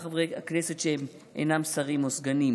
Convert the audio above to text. חברי הכנסת שהם אינם שרים או סגנים,